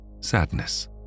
sadness